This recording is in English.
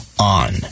on